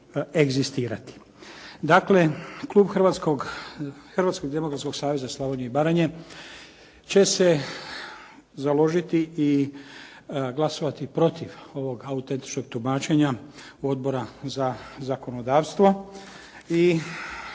Dakle, klub Hrvatskog demokratskog saveza Slavonije i Baranje će se založiti i glasovati protiv ovog autentičnog tumačenja Odbora za zakonodavstvo